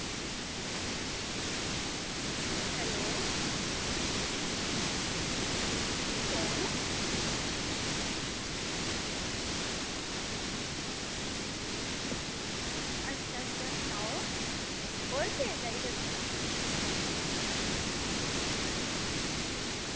अंजी कु'न अच्छा अच्छा सनाओ कौड़ा तेल चाहिदा तुसें ई